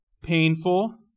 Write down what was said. painful